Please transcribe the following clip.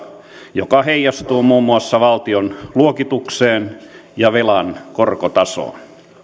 joka heijastuu muun muassa valtion luokitukseen ja velan korkotasoon